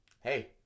Hey